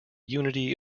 unity